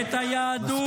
את היהדות.